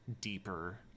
deeper